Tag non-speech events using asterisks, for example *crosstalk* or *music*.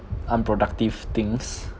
unproductive things *breath*